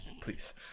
Please